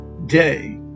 day